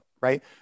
right